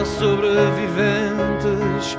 sobreviventes